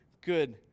good